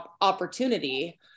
opportunity